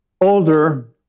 older